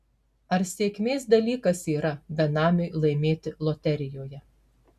ar sėkmės dalykas yra benamiui laimėti loterijoje